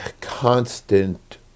constant